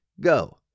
Go